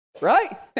right